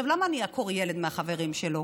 עכשיו, למה אני אעקור ילד מהחברים שלו?